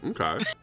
Okay